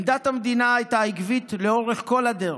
עמדת המדינה הייתה עקבית לאורך כל הדרך,